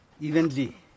evenly